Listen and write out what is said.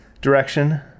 direction